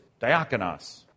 diakonos